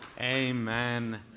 Amen